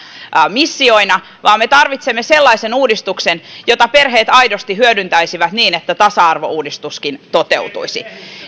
missioina vaan me tarvitsemme sellaisen uudistuksen jota perheet aidosti hyödyntäisivät niin että tasa arvouudistuskin toteutuisi